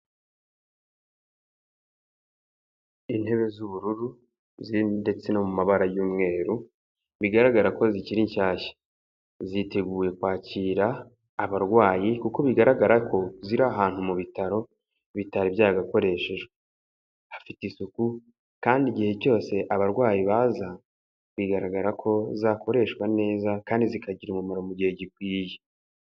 Intebe z'ubururu ziri ndetse no mu mabara y'umweru bigaragara ko zikiri shyashya, ziteguye kwakira abarwayi kuko bigaragara ko ziri ahantu mu bitaro bitari byarakoreshejwe. Hafite isuku kandi igihe cyose abarwayi baza bigaragara ko zakoreshwa neza kandi zikagira umumaro mu gihe gikwiye.